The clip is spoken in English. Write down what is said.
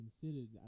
considered